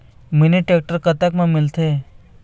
Mini tractor कतक म मिलथे?